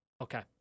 Okay